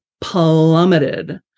plummeted